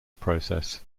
process